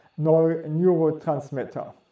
neurotransmitter